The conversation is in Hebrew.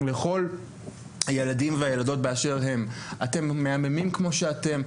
מכל הילדים והילדות באשר הם: אתם מהממים כמו שאתם,